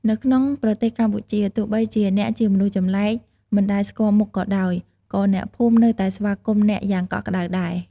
នៅក្នុងប្រទេសកម្ពុជា ទោះបីជាអ្នកជាមនុស្សចម្លែក មិនដែលស្គាល់មុខក៏ដោយ ក៏អ្នកភូមិនៅតែស្វាគមន៍អ្នកយ៉ាងកក់ក្តៅដែរ។